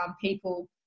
people